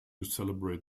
celebrate